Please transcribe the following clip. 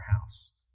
house